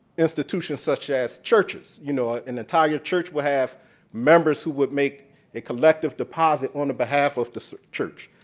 institutions such as churches. you know ah an entire church would have members who would make a collective deposit on the behalf of the church.